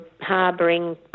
harbouring